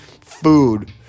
food